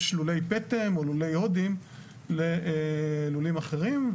לולי פטם או לולי הודים ללולים אחרים,